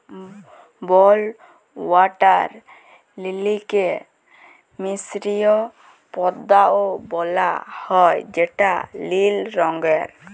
blue water লিলিকে মিসরীয় পদ্দা ও বলা হ্যয় যেটা লিল রঙের